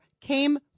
came